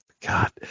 God